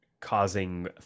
Causing